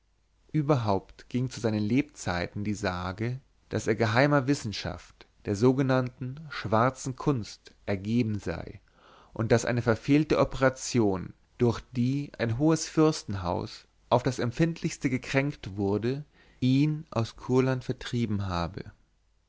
überhaupt ging zu seinen lebzeiten die sage daß er geheimer wissenschaft der sogenannten schwarzen kunst ergeben sei und daß eine verfehlte operation durch die ein hohes fürstenhaus auf das empfindlichste gekränkt wurde ihn aus kurland vertrieben habe